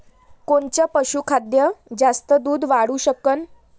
कोनचं पशुखाद्य जास्त दुध वाढवू शकन?